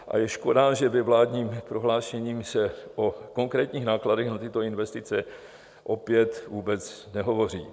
A je škoda, že ve vládním prohlášení se o konkrétních nákladech na tyto investice opět vůbec nehovoří.